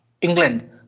England